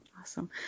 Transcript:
Awesome